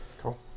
Cool